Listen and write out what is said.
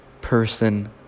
person